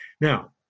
Now